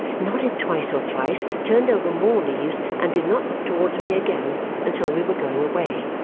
nodded twice or thrice, turned over more leaves, and did not look towards me again until we were going away.